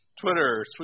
Twitter